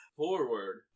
forward